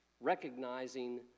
recognizing